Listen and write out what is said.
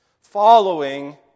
following